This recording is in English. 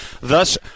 thus